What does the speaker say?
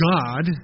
God